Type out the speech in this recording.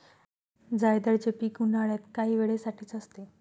जायदचे पीक उन्हाळ्यात काही वेळे साठीच असते